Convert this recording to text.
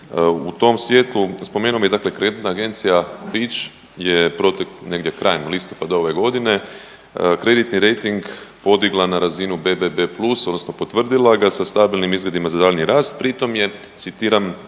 U tom svijetlu spomenuo bih dakle kreditna agencija Fitch je negdje krajem listopada ove godine kreditni rejting podigla na razinu BBB+ odnosno potvrdila ga s stabilnim izvidima za daljnji rast pri tom je citiram